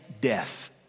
death